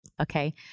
Okay